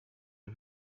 who